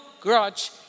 grudge